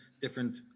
different